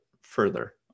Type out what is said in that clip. further